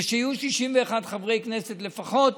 ושיהיו 61 חברי כנסת לפחות